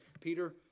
Peter